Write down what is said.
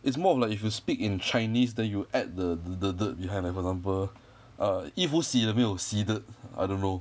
it's more of like if you speak in chinese then you add the the ded behind for example err 衣服洗了没有洗 ded I don't know